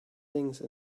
things